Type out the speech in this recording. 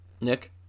Nick